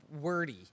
wordy